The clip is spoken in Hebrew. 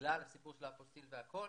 בגלל הסיפור של האפוסטיל והכול,